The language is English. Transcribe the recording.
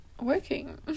working